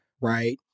right